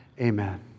Amen